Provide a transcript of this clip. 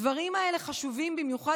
הדברים האלה חשובים במיוחד,